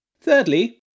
Thirdly